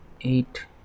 Eight